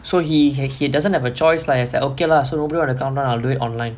so he he he doesn't have a choice lah is like okay lah so nobody want to come down I'll do it online